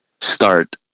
start